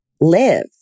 live